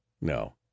no